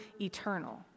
eternal